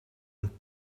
een